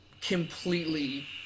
Completely